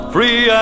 Free